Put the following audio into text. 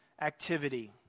activity